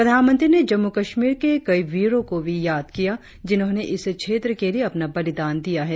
प्रधानमंत्री ने जम्मू कश्मीर के कई वीरों को भी याद किया जिन्होंने इस क्षेत्र के लिये अपना बलिदान दिया है